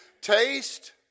taste